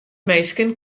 minsken